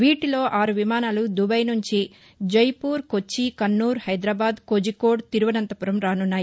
వీటిలో ఆరు విమానాలు దుబాయ్ నుంచి జైపూర్ కొచ్చి కన్నూర్ హైదరాబాద్ కోజికోడ్ తిరువనంతపురం రానున్నాయి